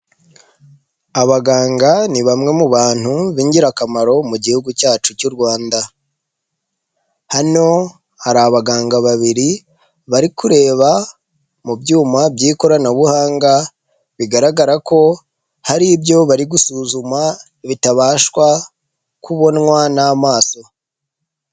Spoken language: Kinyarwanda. Abaganga ni bamwe mu bantu b'ingirakamaro mu gihugu cyacu cy'u Rwanda. Hano hari abaganga babiri bari kureba mu byuma by'ikoranabuhanga bigaragara ko hari ibyo bari gusuzuma bitabashwa kubonwa n'amaso.